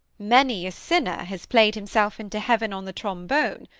many a sinner has played himself into heaven on the trombone,